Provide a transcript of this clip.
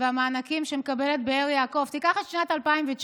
והמענקים שמקבלת באר יעקב תיקח את שנת 2019,